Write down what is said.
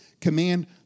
command